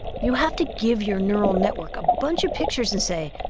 you have to give your neural network a bunch of pictures and say,